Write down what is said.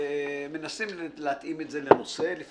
לפעמים מנסים להתאים את זה לנושא, אבל